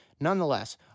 Nonetheless